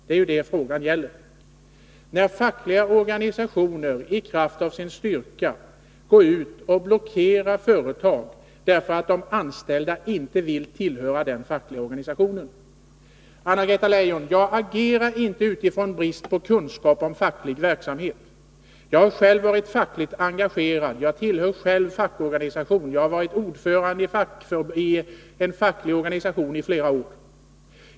Det är ju det frågan gäller — att fackliga organisationer i kraft av sin styrka går ut och blockerar företag därför att de anställda inte vill tillhöra den fackliga organisationen. Anna-Greta Leijon! Jag agerar inte utifrån brist på kunskap om facklig verksamhet. Jag har själv varit fackligt engagerad, jag tillhör själv facklig organisation, jag har varit ordförande i en facklig organisation i flera år.